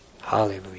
Hallelujah